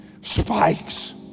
spikes